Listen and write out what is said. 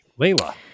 Layla